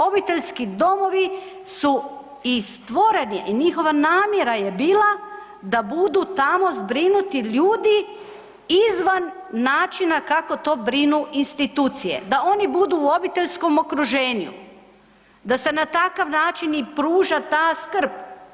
Obiteljski domovi su i stvoreni i njihova namjera ja bila da budu tamo zbrinuti ljudi izvan načina kako to brinu institucije, da oni budu u obiteljskom okruženju, da se na takav način i pruža ta skrb.